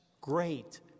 great